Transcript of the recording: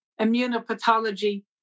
immunopathology